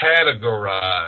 categorize